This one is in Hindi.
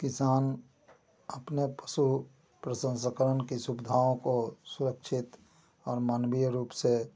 किसान अपने पशु प्रसंस्करण की सुविधाओं को सुरक्षित और मानवीय रूप से